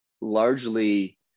largely